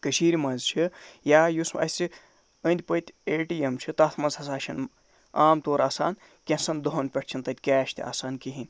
کٔشیٖر منٛز چھُ یا یُس اَسہِ أندۍ پٔکۍ اے ٹی ایم چھُ تَتھ منٛز ہسا چھُنہٕ عام تور آسان کیٚنہہ ژَن دۄہَن پٮ۪ٹھ چھُنہٕ تَتہِ کٮ۪ش تہِ آسان کِہیٖنۍ